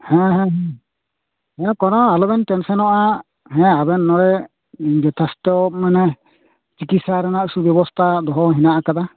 ᱦᱮᱸ ᱦᱮᱸ ᱠᱳᱱᱳ ᱟᱞᱚᱵᱤᱱ ᱴᱮᱱᱥᱚᱱᱚᱜᱼᱟ ᱦᱮᱸ ᱟᱵᱮᱱ ᱱᱚᱰᱮ ᱡᱚᱛᱷᱮᱥᱴᱚ ᱢᱟᱱᱮ ᱪᱤᱠᱤᱛᱥᱟ ᱨᱮᱱᱟᱜ ᱥᱩᱵᱮᱵᱚᱥᱛᱷᱟ ᱫᱚᱦᱚ ᱦᱮᱱᱟᱜ ᱟᱠᱟᱫᱟ